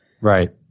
Right